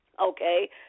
Okay